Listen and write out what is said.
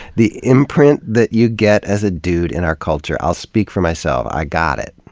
the imprint that you get as a dude in our culture i'll speak for myself, i got it.